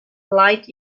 light